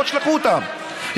בואו תשלחו אותם.